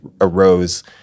arose